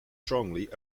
strongly